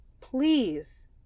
please